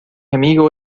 amigo